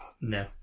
No